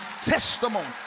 testimony